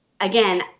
again